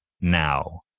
now